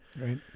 Right